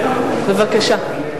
בבקשה.